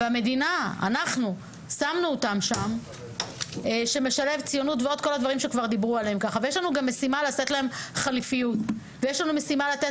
המדינה שמה אותם שם ויש לנו משימה לתת להם חליפיות ותקציב.